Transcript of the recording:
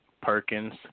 Perkins